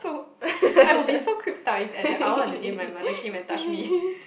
it's just